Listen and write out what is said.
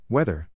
Weather